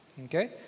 Okay